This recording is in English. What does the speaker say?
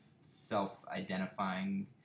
self-identifying